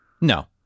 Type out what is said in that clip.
No